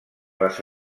les